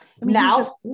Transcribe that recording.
now